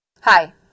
Hi